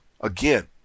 again